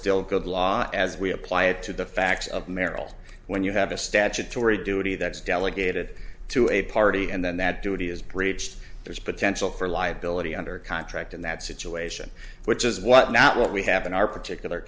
still good law as we apply it to the facts of merrill when you have a statutory duty that's delegated to a party and then that duty is breached there's potential for liability under contract in that situation which is what not what we have in our particular